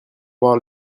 voir